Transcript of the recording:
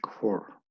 four